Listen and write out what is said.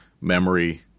memory